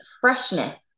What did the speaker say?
freshness